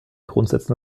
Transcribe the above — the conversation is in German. grundsätzen